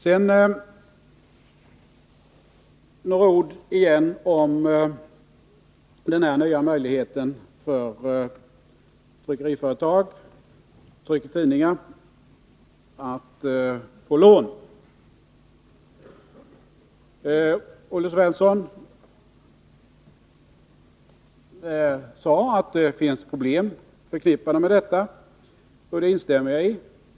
Sedan vill jag återkomma till den nya möjligheten för tryckeriföretag som trycker tidningar att få lån. Olle Svensson sade att det är problem förknippade med detta, och det instämmer jagi.